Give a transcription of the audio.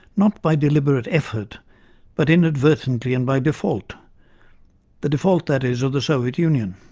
not by deliberate effort but inadvertently and by default the default, that is, of the soviet union.